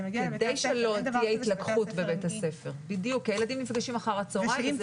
כדי שלא תהיה התלקחות בבית הספר כי הילדים נפגשים אחר הצהריים.